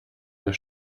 der